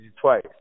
twice